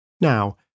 Now